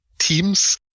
Teams